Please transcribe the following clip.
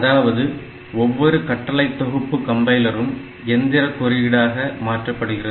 அதாவது ஒவ்வொரு கட்டளை தொகுப்பு கம்பைலரும் எந்திர குறியீடாக மாற்றப்படுகிறது